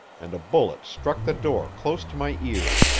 and a bullet struck the door close to my ear.